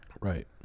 Right